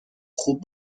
خوب